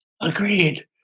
agreed